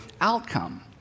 outcome